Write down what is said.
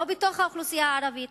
לא בתוך האוכלוסייה הערבית,